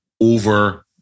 over